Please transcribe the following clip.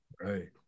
Right